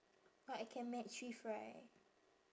what I can match with right